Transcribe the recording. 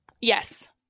Yes